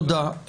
תודה.